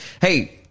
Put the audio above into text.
Hey